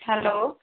hello